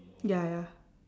ya ya